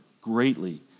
greatly